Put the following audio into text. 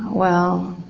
well.